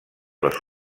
les